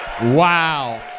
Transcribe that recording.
Wow